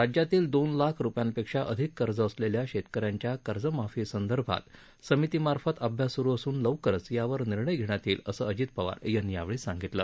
राज्यातील दोन लाख रूपयांपेक्षा अधिक कर्ज असलेल्या शेतक यांच्या कर्जमाफीसंदर्भात समितीमार्फत अभ्यास सुरू असून लवकरच त्यावर निर्णय घेण्यात येईल असं अजित पवार यांनी यावेळी सांगितलं